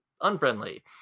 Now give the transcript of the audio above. unfriendly